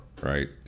right